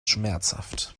schmerzhaft